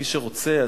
מי שרוצה,